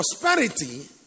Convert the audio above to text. Prosperity